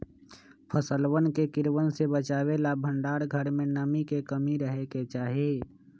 फसलवन के कीड़वन से बचावे ला भंडार घर में नमी के कमी रहे के चहि